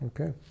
Okay